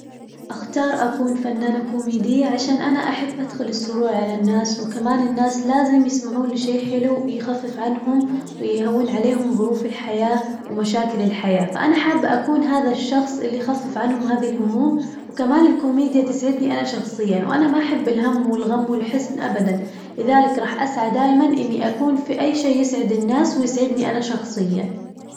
أختار أكون فنانة كوميدية عشان أنا أحب أدخل السرور على الناس، وكمان الناس لازم يسمعون لشي حلو يخفف عنهم ويهون عليهم ظروف الحياة ومشاكل الحياة، فأنا حابة أكون هذا الشخص اللي يخفف عنهم هذي الهموم وكمان الكوميديا تسعدني أنا شخصياً، وأنا ما أحب الهم والغم والحزن أبداً، لذلك راح أسعى دايماً إني أكون في أي شي يسعد الناس ويسعدني أنا شخصياً.